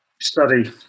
study